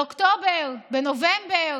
באוקטובר, בנובמבר.